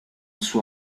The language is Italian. suo